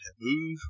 move